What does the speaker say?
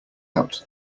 out